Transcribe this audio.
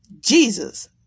Jesus